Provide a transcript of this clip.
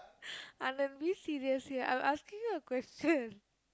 Anand be serious here I'm asking you a question